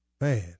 Man